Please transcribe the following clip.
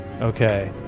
Okay